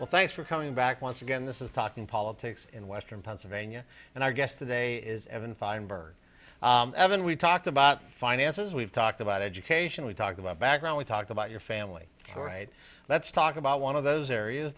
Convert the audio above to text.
well thanks for coming back once again this is talking politics in western pennsylvania and our guest today is evan feinberg haven't we talked about finances we've talked about education we talked about background we talked about your family all right let's talk about one of those areas